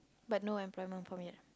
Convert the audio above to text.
but no I'm yet